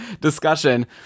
discussion